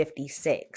56